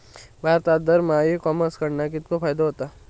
भारतात दरमहा e commerce कडणा कितको फायदो होता?